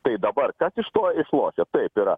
tai dabar kas iš to išlošia taip yra